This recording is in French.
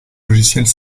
logiciels